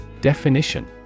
Definition